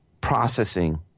processing